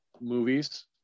movies